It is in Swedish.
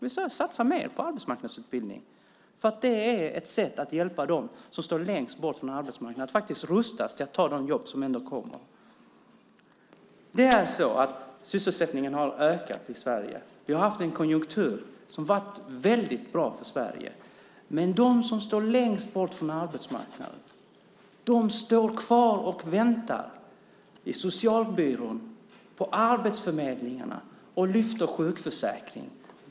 Vi säger: Satsa mer på arbetsmarknadsutbildningen, för det är ett sätt att hjälpa dem som står längst bort från arbetsmarknaden att faktiskt rustas för att ta de jobb som ändå kommer. Det är så att sysselsättningen har ökat i Sverige. Vi har haft en konjunktur som har varit väldigt bra för Sverige. Men de som står längst bort från arbetsmarknaden står kvar och väntar i socialbyrån och på arbetsförmedlingarna och lyfter sjukförsäkring.